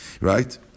Right